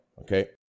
Okay